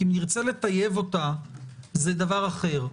אם נרצה לטייב אותה זה דבר אחר.